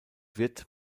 wird